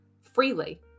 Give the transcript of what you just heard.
freely